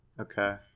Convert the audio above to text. Okay